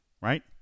right